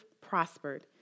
prospered